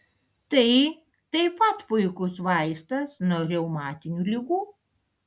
tai taip pat puikus vaistas nuo reumatinių ligų